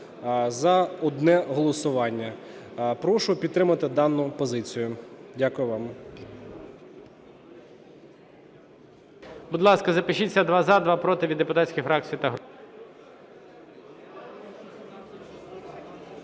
за одне голосування. Прошу підтримати дану позицію. Дякую вам.